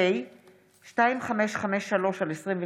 פ/2553/23: